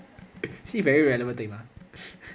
see very relevant 对吗